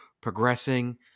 progressing